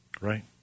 Right